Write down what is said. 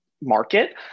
market